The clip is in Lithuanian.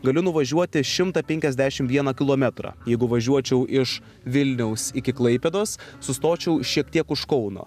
galiu nuvažiuoti šimtą penkiasdešim vieną kilometrą jeigu važiuočiau iš vilniaus iki klaipėdos sustočiau šiek tiek už kauno